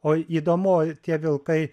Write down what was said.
o įdomu o tie vilkai